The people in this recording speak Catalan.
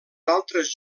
altres